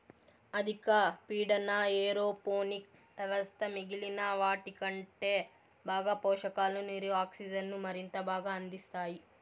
అధిక పీడన ఏరోపోనిక్ వ్యవస్థ మిగిలిన వాటికంటే బాగా పోషకాలు, నీరు, ఆక్సిజన్ను మరింత బాగా అందిస్తాయి